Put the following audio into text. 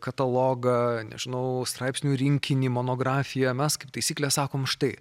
katalogą nežinau straipsnių rinkinį monografiją mes kaip taisyklė sakom štai